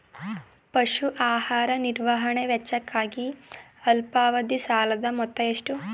ಪಶು ಆಹಾರ ನಿರ್ವಹಣೆ ವೆಚ್ಚಕ್ಕಾಗಿ ಅಲ್ಪಾವಧಿ ಸಾಲದ ಮೊತ್ತ ಎಷ್ಟು?